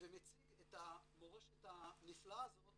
ומציג את המורשת הנפלאה הזאת